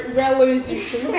revolution